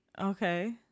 Okay